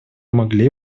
могли